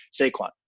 Saquon